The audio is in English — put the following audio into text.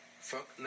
Fuck